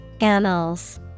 Annals